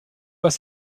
pas